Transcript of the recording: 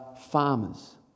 farmers